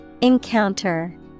Encounter